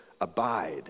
Abide